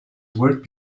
worked